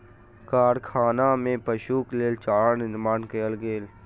कारखाना में पशुक लेल चारा निर्माण कयल गेल